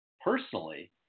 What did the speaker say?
personally